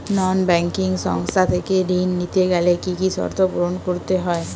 নন banking সংস্থা থেকে ঋণ নিতে গেলে কি কি শর্ত পূরণ করতে হয়?